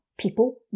people